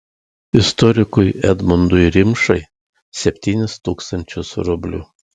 istorikui edmundui rimšai septynis tūkstančius rublių